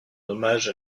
hommage